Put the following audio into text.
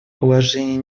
положений